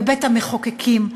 בבית-המחוקקים,